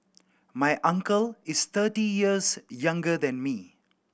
my uncle is thirty years younger than me